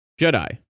jedi